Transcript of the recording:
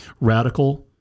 radical